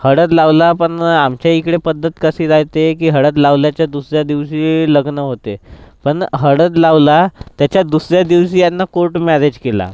हळद लावला पण आमच्या इकडे पद्धत कशी रहाते की हळद लावल्याच्या दुसऱ्या दिवशी लग्न होते पण हळद लावला त्याच्या दुसऱ्या दिवशी यांना कोर्ट मॅरेज केला